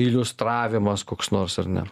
iliustravimas koks nors ar ne